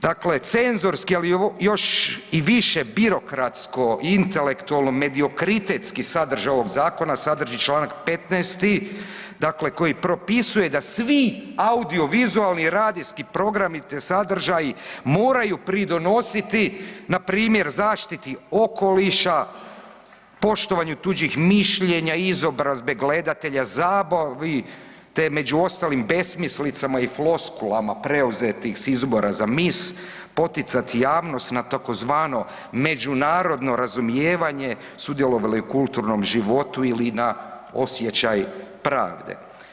Dakle, cenzorski ali još i više birokratsko i intelektualno, mediokritetski sadržaj ovog zakona sadrži Članak 15.-ti dakle koji propisuje da svi audiovizualni radijski programi te sadržaji moraju pridonositi npr. zaštiti okoliša, poštovanju tuđih mišljenja, izobrazbe gledatelja, zabavi te među ostalim besmislicama i floskulama preuzetih s izbora za miss, poticati javnost na tzv. međunarodno razumijevanje sudjelovali u kulturnom životu ili na osjećaj prave.